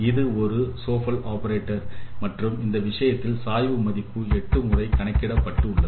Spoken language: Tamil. இது ஒரு சோபல் ஆபரேட்டர் மற்றும் இந்த விஷயத்தில் சாய்வு மதிப்பு 8 முறை கணக்கிடப்பட்டுள்ளது